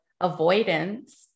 avoidance